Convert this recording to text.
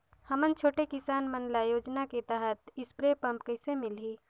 हमन छोटे किसान मन ल योजना के तहत स्प्रे पम्प कइसे मिलही?